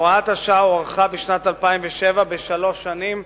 הוראת השעה הוארכה בשנת 2007 בשלוש שנים,